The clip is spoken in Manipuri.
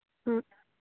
ꯎꯝ